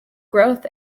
growth